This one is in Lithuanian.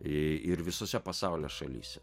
ir visose pasaulio šalyse